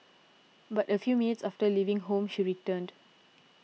but a few minutes after leaving home she returned